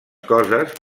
coses